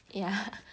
ya